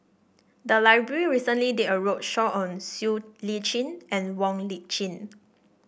the library recently did a roadshow on Siow Lee Chin and Wong Lip Chin